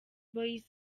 boyz